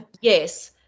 yes